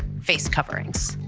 face coverings.